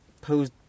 pose